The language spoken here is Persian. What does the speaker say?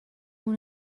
اون